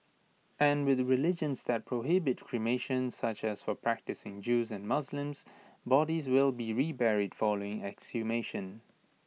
and with religions that prohibit cremation such as for practising Jews and Muslims bodies will be reburied following exhumation